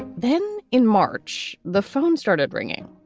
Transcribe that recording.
then in march, the phone started ringing.